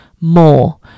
more